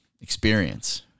experience